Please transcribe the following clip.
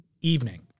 evening